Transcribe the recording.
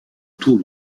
tourne